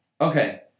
Okay